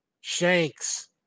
Shanks